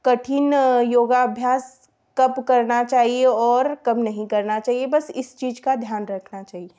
कठिन योगाभ्यास कब करना चाहिए और कब नहीं करना चाहिए बस इस चीज़ का ध्यान रखना चाहिए